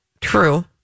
True